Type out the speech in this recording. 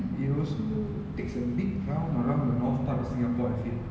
it also takes a big round around the north part of singapore I feel